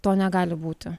to negali būti